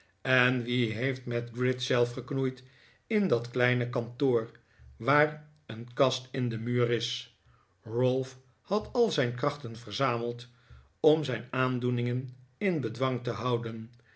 en wie heeft met gride zelf geknoeid in dat kleine kantoor waar een kast in den muur is ralph had al zijn krachten verzameld om zijn aandoeningen in bedwang te houden